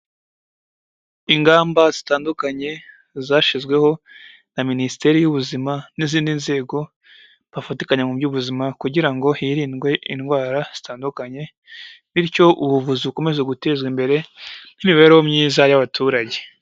Ingamba zitandukanye zashyizweho na Minisiteri y'Ubuzima n'izindi nzego bafatikanya mu by'ubuzima kugira ngo hirindwe indwara zitandukanye, bityo ubuvuzi bukomeze gutezwa imbere n'imibereho myiza y'abaturage.